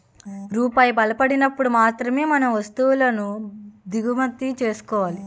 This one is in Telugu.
రూపాయి బలపడినప్పుడు మాత్రమే మనం వస్తువులను దిగుమతి చేసుకోవాలి